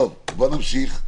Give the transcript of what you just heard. בואו נמשיך.